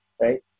right